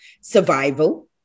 survival